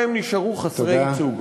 והם נשארו חסרי ייצוג.